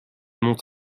monte